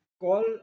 call